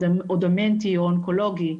או דמנטי או אונקולוגי,